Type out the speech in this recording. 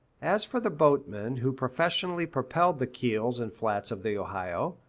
as for the boatmen who professionally propelled the keels and flats of the ohio,